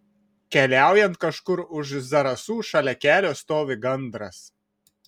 keliaujant kažkur už zarasų šalia kelio stovi gandras